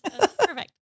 perfect